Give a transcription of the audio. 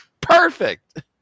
Perfect